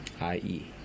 I-E